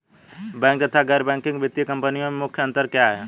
Bank तथा गैर banking वित्तीय कंपनियों में मुख्य अंतर क्या है?